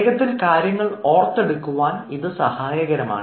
വേഗത്തിൽ കാര്യങ്ങൾ ഓർത്തു എടുക്കുവാൻ ഇത് സഹായകരമാണ്